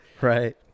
right